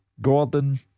Gordon